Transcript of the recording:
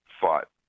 fought